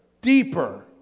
deeper